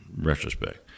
retrospect